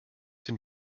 den